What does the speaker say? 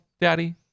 Daddy